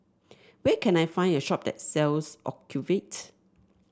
where can I find a shop that sells Ocuvite